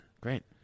Great